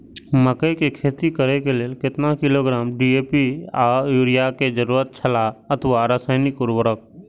मकैय के खेती करे के लेल केतना किलोग्राम डी.ए.पी या युरिया के जरूरत छला अथवा रसायनिक उर्वरक?